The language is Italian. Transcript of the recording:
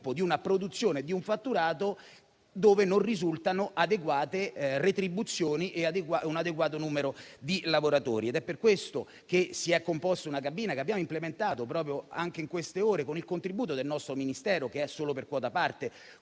di una produzione e di un fatturato dove non risultano adeguate retribuzioni e un adeguato numero di lavoratori. Ed è per questo che è stata composta una cabina che abbiamo implementato anche nelle ultime ore, con il contributo del nostro Ministero, che è solo per quota parte